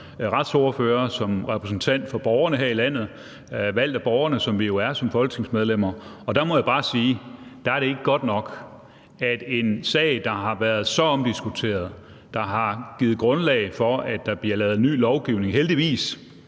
som retsordfører og som repræsentant for borgerne her i landet, valgt af borgerne, som vi jo er som folketingsmedlemmer, og der må jeg bare sige, at der er det ikke godt nok, at en sag som den her, der har været så omdiskuteret, som har givet grundlag for, at der bliver lavet ny lovgivning, heldigvis,